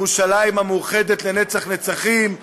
ירושלים המאוחדת לנצח-נצחים,